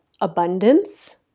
abundance